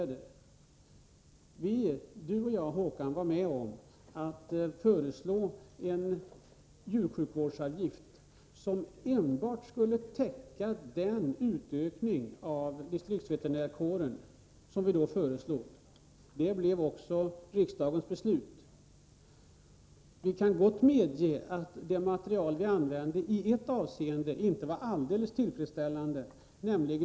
Håkan Strömberg och jag var med om att föreslå en djursjukvårdsavgift som enbart skulle täcka den utökning av distriktsveterinärkåren som vi då föreslog. Det blev också riksdagens beslut. Vi kan gott medge att det material som vi använde i ett avseende inte var alldeles tillfredsställande.